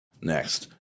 Next